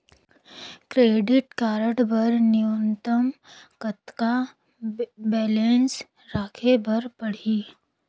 Credit card बर न्यूनतम कतका बैलेंस राखे बर पड़ही?